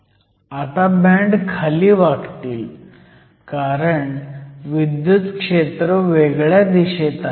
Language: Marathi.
आता बँड खाली वाकतील कारण विद्युत क्षेत्र वेगळ्या दिशेत आहे